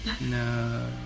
No